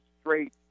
straight